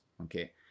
okay